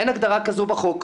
אין הגדרה כזו בחוק.